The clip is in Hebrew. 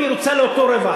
אם היא רוצה לאותו רווח,